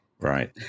right